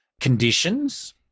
conditions